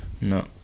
No